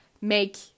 make